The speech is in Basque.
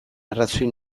arrazoi